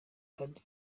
padiri